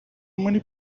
many